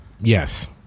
yes